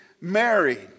married